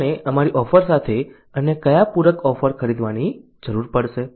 લોકોને અમારી ઓફર સાથે અન્ય કયા પૂરક ઓફર ખરીદવાની જરૂર પડશે